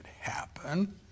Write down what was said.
happen